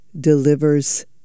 delivers